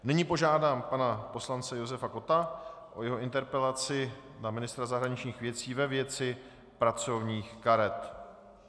Nyní požádám pana poslance Josefa Kotta o jeho interpelaci na ministra zahraničních věcí ve věci pracovních karet.